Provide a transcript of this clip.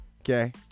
Okay